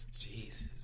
Jesus